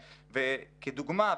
כדוגמא,